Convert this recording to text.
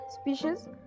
species